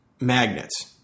magnets